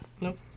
Nope